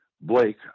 Blake